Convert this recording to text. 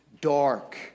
dark